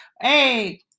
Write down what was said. Hey